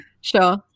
Sure